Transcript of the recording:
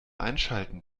einschalten